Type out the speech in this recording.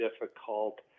difficult